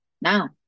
Now